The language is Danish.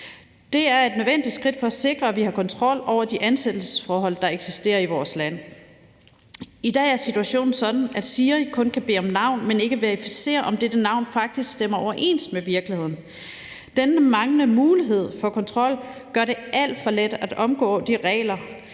Det er et nødvendigt skridt for at sikre, at vi har kontrol over de ansættelsesforhold, der eksisterer i vores land. I dag er situationen sådan, at SIRI kun kan bede om navnet, men ikke verificere, om dette navn faktisk stemmer overens med virkeligheden. Denne manglende mulighed for kontrol gør det alt for let at omgå de regler,